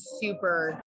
super